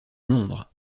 londres